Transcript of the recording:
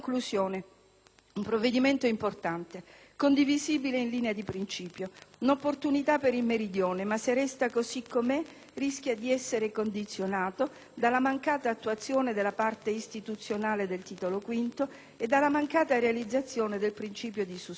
il provvedimento è importante, condivisibile in linea di principio, un'opportunità per il Meridione, ma se resta così com'è rischia di essere condizionato dalla mancata attuazione della parte istituzionale del Titolo V e dalla mancata realizzazione del principio di sussidiarietà.